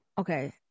okay